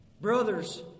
Brothers